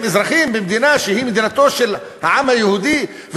הם אזרחים במדינה שהיא מדינתו של העם היהודי,